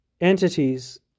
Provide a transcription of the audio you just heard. entities